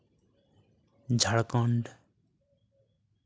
Jharkhand